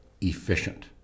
efficient